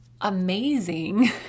amazing